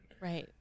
right